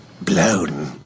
blown